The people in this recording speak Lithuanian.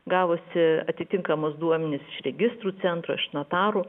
gavusi atitinkamus duomenis iš registrų centro iš notarų